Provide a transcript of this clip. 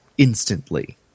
Instantly